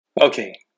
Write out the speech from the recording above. Okay